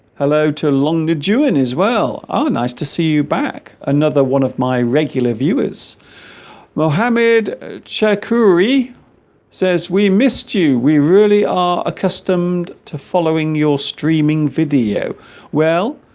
hello too long did you in as well are ah nice to see you back another one of my regular viewers mohammad shaikh uri says we missed you we really are accustomed to following your streaming video well